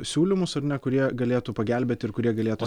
siūlymus ar ne kurie galėtų pagelbėti ir kurie galėtų